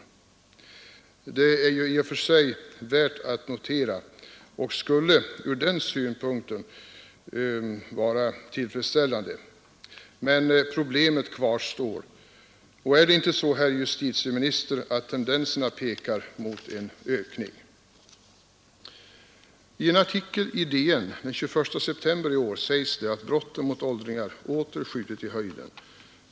Det är i och för sig värt att notera som tillfredsställande, men problemet kvarstår. Och är det inte så, herr justitieminister, att tendenserna pekar mot en ökning? I en artikel i Dagens Nyheter den 21 september i år sägs det att brotten mot åldringar åter skjutit i höjden.